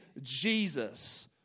Jesus